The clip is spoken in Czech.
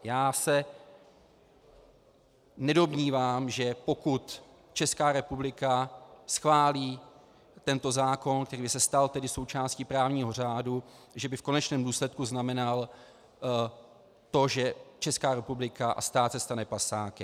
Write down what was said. Já se nedomnívám, že pokud Česká republika schválí tento zákon, který by se stal součástí právního řádu, že by v konečném důsledku znamenal to, že Česká republika a stát se stane pasákem.